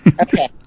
Okay